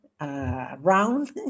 round